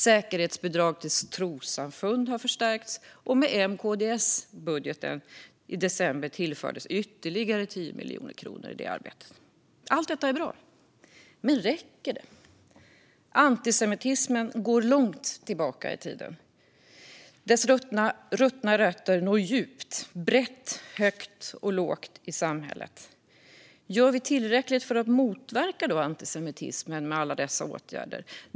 Säkerhetsbidrag till trossamfund har förstärkts, och med M-KD-SD-budgeten från december tillförs ytterligare 10 miljoner kronor till det arbetet. Allt detta är bra, men räcker det? Antisemitismen går långt tillbaka i tiden. Dess ruttna rötter når djupt och brett, högt och lågt i samhället. Gör vi tillräckligt för att motverka antisemitismen med alla dessa åtgärder?